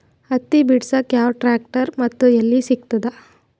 ಹತ್ತಿ ಬಿಡಸಕ್ ಯಾವ ಟ್ರ್ಯಾಕ್ಟರ್ ಮತ್ತು ಎಲ್ಲಿ ಸಿಗತದ?